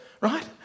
right